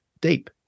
deep